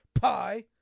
Pie